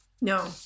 No